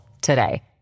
today